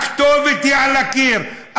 הכתובת היא על הקיר,